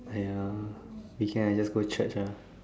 !aiya! weekend I just go Church ah